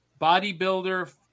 bodybuilder